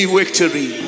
victory